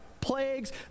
plagues